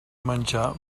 menjar